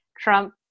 Trump